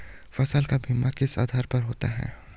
फसल का बीमा किस आधार पर होता है?